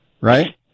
right